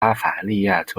巴伐利亚州